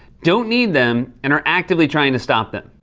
don't need them, and are actively trying to stop them.